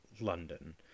London